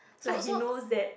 like he knows that